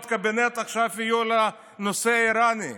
הקבינט עכשיו יהיו על הנושא האיראני.